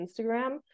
Instagram